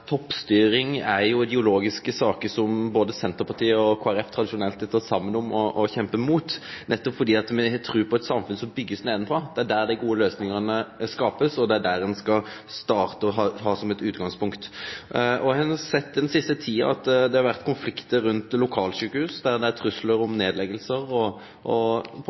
toppstyring er ideologiske tema som både Senterpartiet og Kristeleg Folkeparti tradisjonelt har stått saman om å kjempe imot, nettopp fordi me har tru på eit samfunn som blir bygt nedanfrå. Det er der dei gode løysingane blir skapte. Det er der ein skal starte, det er det ein skal ha som utgangspunkt. Ein har sett den siste tida at det har vore konfliktar rundt lokalsjukehus. Det har vore truslar om nedleggingar, og regjeringa har på